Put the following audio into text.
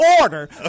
order